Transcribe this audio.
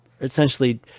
essentially